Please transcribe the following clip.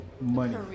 money